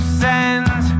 send